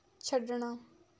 ਛੱਡਣਾ